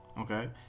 okay